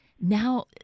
Now